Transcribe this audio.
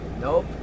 Nope